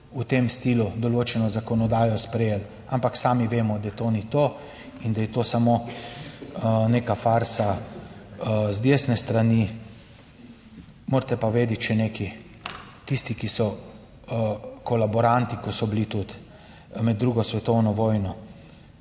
v tem stilu določeno zakonodajo sprejeli. Ampak sami vemo, da to ni to in da je to samo neka farsa z desne strani. Morate pa vedeti še nekaj, tisti, ki so kolaboranti, ki so bili tudi med II. svetovno vojno